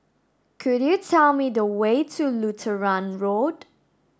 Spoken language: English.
could you tell me the way to Lutheran Road